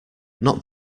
not